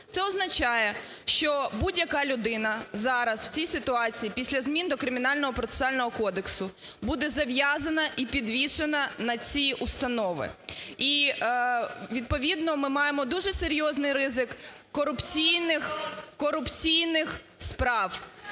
Це означає, що будь-яка людина зараз в цій ситуації, після змін до Кримінального процесуального кодексу буде зав'язана і підвішена на ці установи і відповідно ми маємо дуже серйозний ризик корупційних справ,